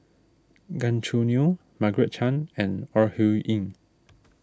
Gan Choo Neo Margaret Chan and Ore Huiying